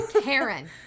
Karen